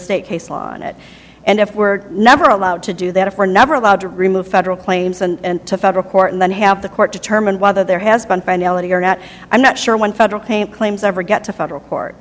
state case law on it and if we're never allowed to do that if we're never allowed to remove federal claims and to federal court and then have the court determine whether there has been finality or not i'm not sure when federal paint claims ever get to federal court